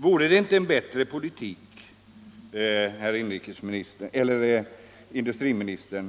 Vore det inte en bättre politik, herr industriminister,